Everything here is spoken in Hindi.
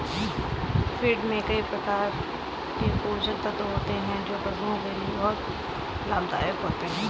फ़ीड में कई प्रकार के पोषक तत्व होते हैं जो पशुओं के लिए बहुत लाभदायक होते हैं